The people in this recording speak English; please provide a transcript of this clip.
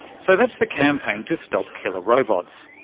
so that's the campaign to stop killer robots.